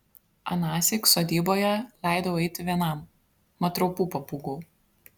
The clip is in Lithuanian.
anąsyk sodyboje leidau eiti vienam mat raupų pabūgau